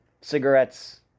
cigarettes